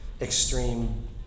extreme